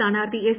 സ്ഥാനാർത്ഥി എസ്